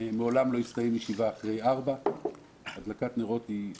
מעולם לא הסתיימה ישיבה אחרי 16:00. הדלקת נרות תלוי,